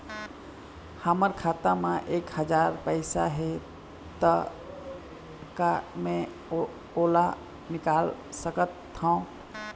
हमर खाता मा एक हजार पैसा हे ता का मैं ओला निकाल सकथव?